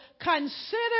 consider